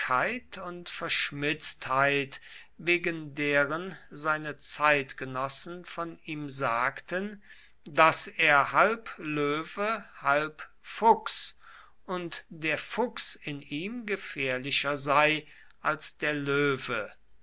und verschmitztheit wegen deren seine zeitgenossen von ihm sagten daß er halb löwe halb fuchs und der fuchs in ihm gefährlicher sei als der löwe